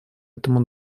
этому